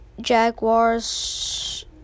Jaguars